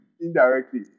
indirectly